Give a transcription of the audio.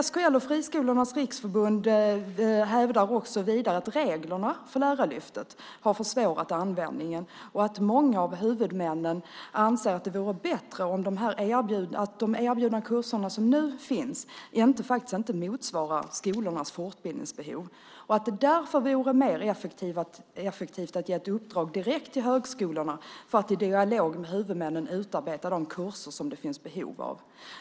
SKL och Friskolornas Riksförbund hävdar vidare att reglerna för Lärarlyftet har försvårat användningen och att många av huvudmännen anser att de erbjudna kurser som nu finns inte motsvarar skolornas fortbildningsbehov och att det därför vore mer effektivt att ge ett uppdrag direkt till högskolorna för att i dialog med huvudmännen utarbeta de kurser som det finns behov av.